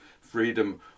freedom